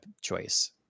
choice